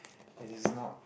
it is not